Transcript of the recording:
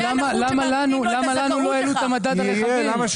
למה לנו לא העלו את המדד על הרכבים?